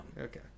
okay